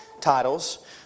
Titles